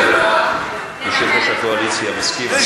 יושב-ראש הקואליציה מסכים?